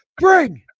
Bring